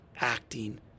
acting